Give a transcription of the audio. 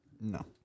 No